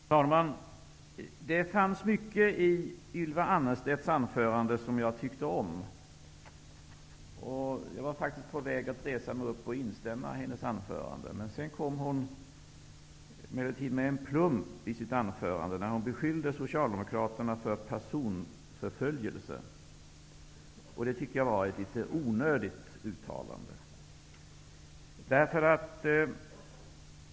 Fru talman! Det fanns mycket i Ylva Annerstedts anförande som jag tyckte om. Jag var faktiskt på väg att resa mig upp och instämma i hennes anförande. Men sedan kom hon emellertid med en plump i sitt anförande när hon beskyllde Socialdemokraterna för personförföljelse. Det var ett litet onödigt uttalande.